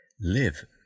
live